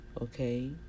okay